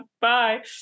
Bye